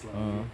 mmhmm